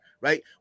right